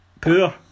poor